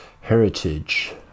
heritage